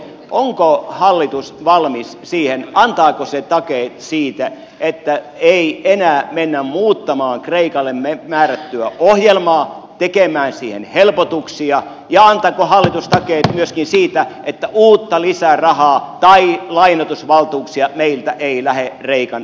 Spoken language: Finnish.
onko hallitus valmis siihen antaako se takeet siitä että ei enää mennä muuttamaan kreikalle määrättyä ohjelmaa tekemään siihen helpotuksia ja antaako hallitus takeet myöskin siitä että uutta lisärahaa tai lainoitusvaltuuksia meiltä ei lähde kreikan rahoittamiseen